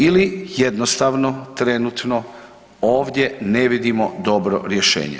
Ili jednostavno trenutno ovdje ne vidimo dobro rješenje.